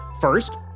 First